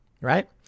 right